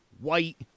White